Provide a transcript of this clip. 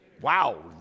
Wow